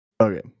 okay